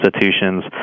institutions